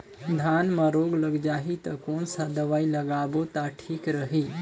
धान म रोग लग जाही ता कोन सा दवाई लगाबो ता ठीक रही?